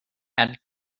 add